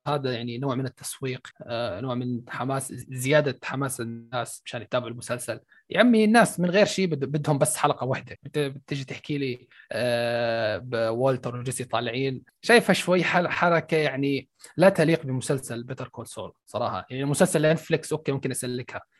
هذا يعني نوع من التسويق، آه، نوع من حماس- زيادة حماس الناس مشان يتابعوا المسلسل. يعني الناس من غير شي بد- بدهم بس حلقة وحدة. بت- بتجي تحكي لي، آه، بوالتر وجيسي طالعين. شايفها شوي حل- حركة يعني لا تليق بمسلسل Better Call Saul صراحة. يعني مسلسل Netflix، أوكي، ممكن أسلكها.